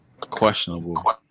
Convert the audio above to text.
questionable